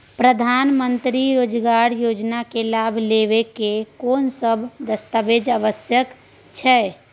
प्रधानमंत्री मंत्री रोजगार योजना के लाभ लेव के कोन सब दस्तावेज आवश्यक छै?